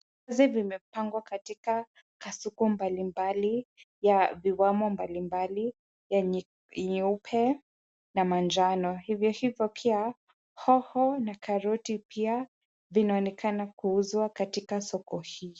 Viazi vimepangwa katika kasuku mbalimbali ya viwamo mbalimbali ya nyeupe na manjano, hivyohivyo pia, hoho na karoti pia zinaonekana kuuzwa katika soko hii.